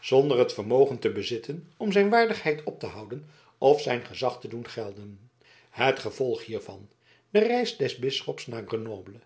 zonder het vermogen te bezitten om zijn waardigheid op te houden of zijn gezag te doen gelden het gevolg hiervan de reis des bisschops naar grenoble